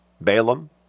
Balaam